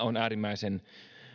on äärimmäisen